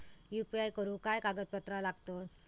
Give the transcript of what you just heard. UPI करुक काय कागदपत्रा लागतत?